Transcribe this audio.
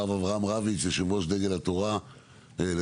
הרב אברהם רביץ יושב-ראש דגל התורה לשעבר.